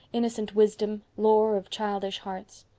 innocent wisdom, lore of childish hearts.